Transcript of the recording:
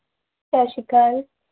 ਸਤਿ ਸ਼੍ਰੀ ਅਕਾਲ